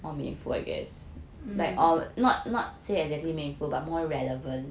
mm